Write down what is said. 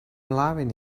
loving